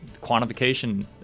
quantification